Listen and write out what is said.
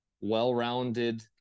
well-rounded